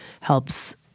helps